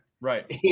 right